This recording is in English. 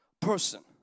person